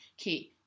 okay